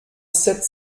sept